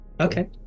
Okay